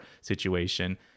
situation